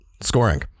Scoring